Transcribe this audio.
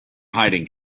hiding